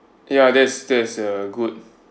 ya that's that's uh good